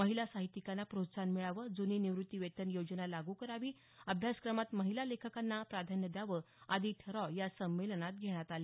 महिला साहित्यिकांना प्रोत्साहन मिळावं जूनी निवृत्ती वेतन योजना लागू करावी अभ्यासक्रमात महिला लेखकांना प्राधान्य द्यावं आदी ठराव या संमेलनात घेण्यात आले